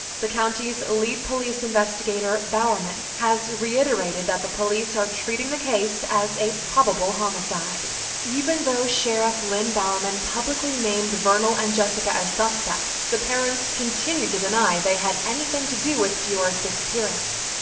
the county's lead police investigator, bowerman, has reiterated that the police are treating the case as a probable homicide. even though sheriff lynn bowerman publicly named vernal and jessica as suspects, the parents continue to deny that they had anything to do with deorr's disappearance.